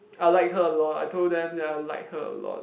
I like her a lot I told them that I like her a lot